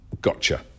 gotcha